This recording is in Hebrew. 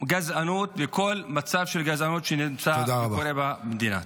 גזענות וכל מצב של גזענות שקורה במדינה.